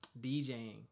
DJing